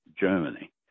Germany